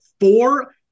four